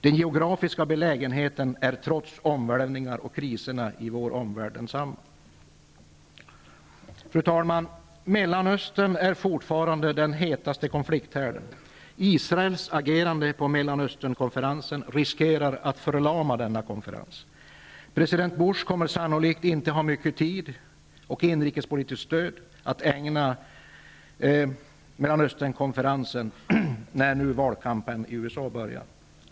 Den geografiska belägenheten är trots omvälvningarna och kriserna i vår omvärld densamma. Fru talman! Mellanöstern är fortfarande den hetaste konflikthärden. Israels agerande på Mellanösternkonferensen riskerar att förlama den. President Bush kommer sannolikt inte att ha mycket tid -- och inrikespolitiskt stöd -- att ägna USA börjar.